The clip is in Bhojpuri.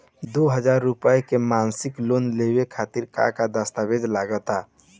दो हज़ार रुपया के मासिक लोन लेवे खातिर का का दस्तावेजऽ लग त?